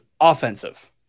offensive